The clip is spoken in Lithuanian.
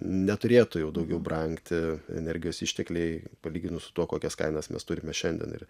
neturėtų jau daugiau brangti energijos ištekliai palyginus su tuo kokias kainas mes turime šiandien ir